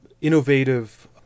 innovative